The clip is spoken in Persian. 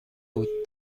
بود